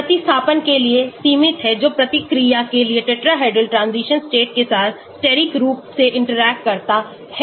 Es log kx log ko प्रतिस्थापन के लिए सीमित है जो प्रतिक्रिया के लिए tetrahedral transition state के साथ स्टेरिक रूप सेinteract करता है